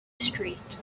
street